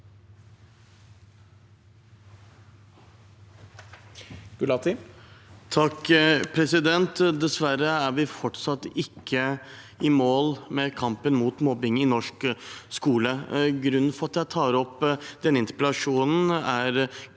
Gulati (FrP) Dessverre er vi fortsatt ikke i mål med kampen mot mobbing i norsk skole. Grunnen til at jeg tar opp denne interpellasjonen, er